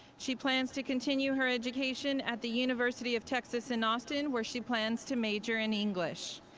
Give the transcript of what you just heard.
she plans to continue her education at the university of texas, in austin, where she plans to major in english.